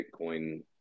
Bitcoin